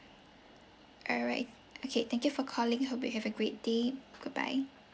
all right okay thank you for calling hope you have a great day goodbye